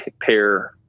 pair